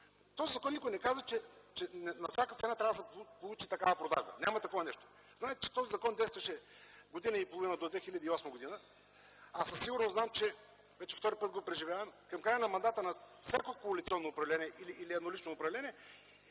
този закон никой не казва, че на всяка цена трябва да се получи такава продажба. Няма такова нещо. Знаем, че този закон действаше година и половина до 2008 г., а със сигурност знам – вече втори път го преживявам, че към края на мандата на всяко коалиционно управление или еднолично управление